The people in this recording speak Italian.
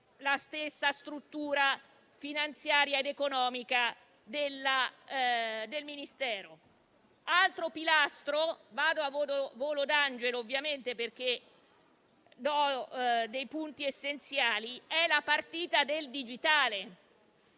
la stessa struttura finanziaria ed economica del Ministero. Un altro pilastro - vado a volo d'angelo e cito dei punti essenziali - è la partita del digitale.